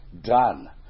done